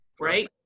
right